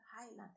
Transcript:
highland